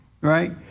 right